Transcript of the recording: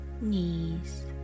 knees